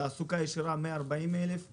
תעסוקה ישירה 140 אלף אנשים,